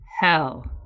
hell